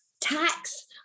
tax